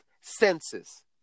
senses